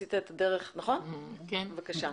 בבקשה.